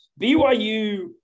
BYU –